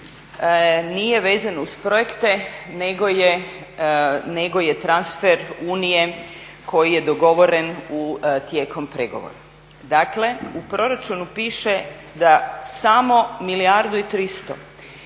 nije vezano uz projekte nego je transfer Unije koji je dogovoren tijekom pregovora. Dakle, u proračunu piše da samo milijardu i 300